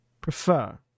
prefer